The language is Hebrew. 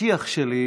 בפתיח שלי,